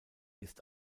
ist